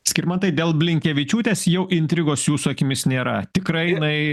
skirmantai dėl blinkevičiūtės jau intrigos jūsų akimis nėra tikrai jinai